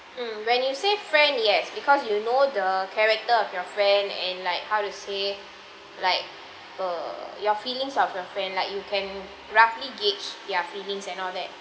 mm when you say friend yes because you know the character of your friend and like how to say like err your feelings of your friend like you can roughly gauge their feelings and all that